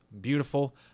beautiful